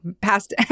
past